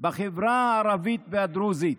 בחברה הערבית והדרוזית?